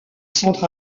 centre